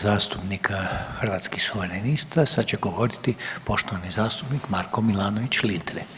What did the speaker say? zastupnika Hrvatskih suverenista sada će govoriti poštovani zastupnik Marko Milanović Litre.